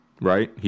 Right